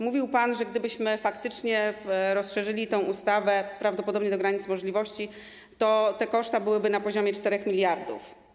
Mówił pan, że gdybyśmy faktycznie rozszerzyli tę ustawę prawdopodobnie do granic możliwości, to te koszta byłyby na poziomie 4 mld.